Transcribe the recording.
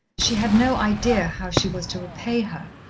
she had no idea how she was to repay her.